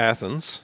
Athens